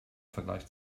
vergleich